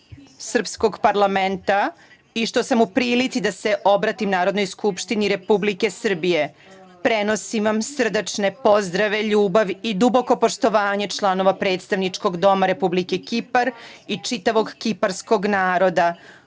srpskog parlamenta, i što sam u prilici da se obratim Narodnoj skupštini Republike Srbije. Prenosim vam srdačne pozdrave, ljubav i duboko poštovanje članova Predstavničkog doma Republike Kipar i čitavog kiparskog